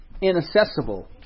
inaccessible